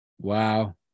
Wow